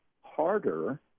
harder